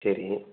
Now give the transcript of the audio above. சரி